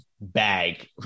bag